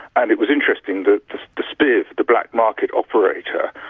and it was interesting that the spiv, the black market operator,